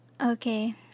Okay